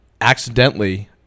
accidentally